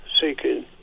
seeking